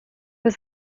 was